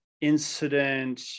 incident